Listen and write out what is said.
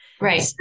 Right